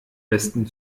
besten